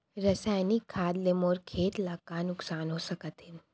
रसायनिक खाद ले मोर खेत ला का नुकसान हो सकत हे?